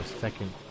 second